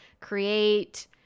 create